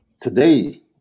Today